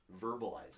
verbalize